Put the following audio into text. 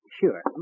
sure